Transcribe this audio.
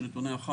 של נתונים,